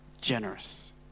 generous